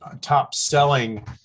top-selling